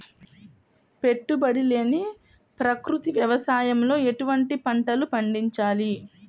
పెట్టుబడి లేని ప్రకృతి వ్యవసాయంలో ఎటువంటి పంటలు పండించాలి?